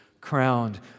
crowned